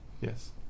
Yes